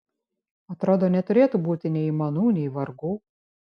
atrodo neturėtų būti nei aimanų nei vargų